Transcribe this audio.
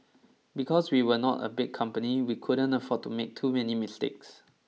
because we were not a big company we couldn't afford to make too many mistakes